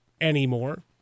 anymore